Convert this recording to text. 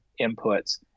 inputs